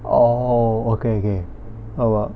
oh okay okay oh well